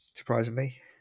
Surprisingly